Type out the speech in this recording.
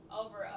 over